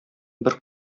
бер